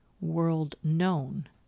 world-known